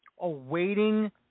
Awaiting